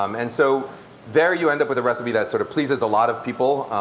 um and so there you end up with a recipe that sort of pleases a lot of people,